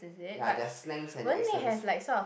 ya their slang and accent